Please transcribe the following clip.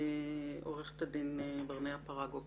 עורכת הדין ברנע פרגו.